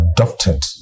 adopted